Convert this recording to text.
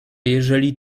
jeżeli